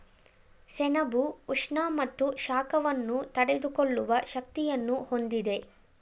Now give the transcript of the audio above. ಸೆಣಬು ಉಷ್ಣ ಮತ್ತು ಶಾಖವನ್ನು ತಡೆದುಕೊಳ್ಳುವ ಶಕ್ತಿಯನ್ನು ಹೊಂದಿದೆ